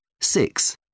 Six